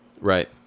Right